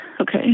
Okay